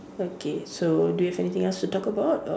okay so do you have anything else to talk about or